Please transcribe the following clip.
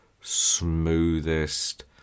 smoothest